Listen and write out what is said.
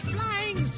Flying